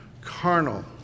carnal